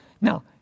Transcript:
Now